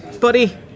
Buddy